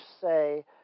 say